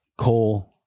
coal